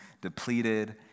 depleted